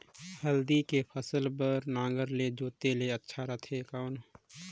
हल्दी के फसल बार नागर ले जोते ले अच्छा रथे कौन?